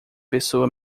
pessoa